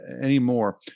anymore